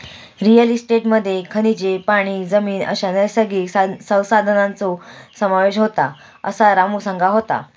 real इस्टेटमध्ये खनिजे, पाणी, जमीन अश्या नैसर्गिक संसाधनांचो समावेश होता, असा रामू सांगा होतो